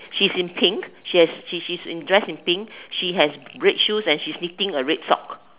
she's in pink she has she's she's dressed in pink she has red shoes and she's knitting a red sock